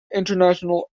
international